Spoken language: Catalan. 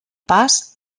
pas